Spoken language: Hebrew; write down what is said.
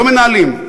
לא מנהלים.